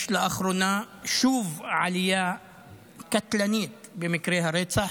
יש לאחרונה שוב עלייה קטלנית במקרי הרצח.